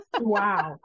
Wow